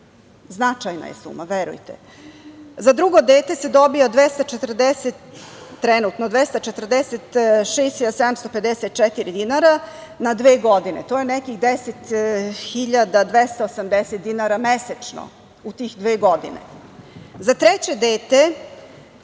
Značajna je suma, verujte. Za drugo dete se dobija trenutno 246.754 dinara na dve godine. To je nekih 10.280 dinara mesečno u tih dve godine. Za treće dete